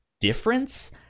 difference